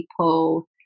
people